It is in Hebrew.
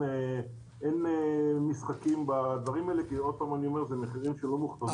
אין משחקים בדברים האלה כי אלה מחירים שלא מוכתבים